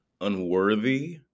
unworthy